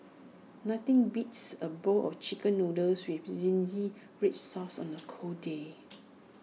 nothing beats A bowl of Chicken Noodles with Zingy Red Sauce on A cold day